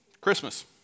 Christmas